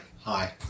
Hi